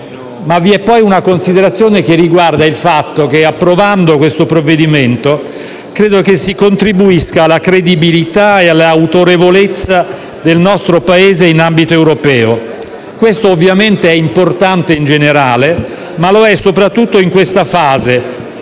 Vi è poi una considerazione che riguarda il fatto che, approvando questo provvedimento, credo si contribuisca alla credibilità e all'autorevolezza del nostro Paese in ambito europeo. Ciò ovviamente è importante in generale, ma lo è soprattutto in questa fase,